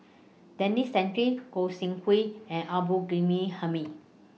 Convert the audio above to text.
Denis Santry Goi Seng Hui and Abdul Ghani Hamid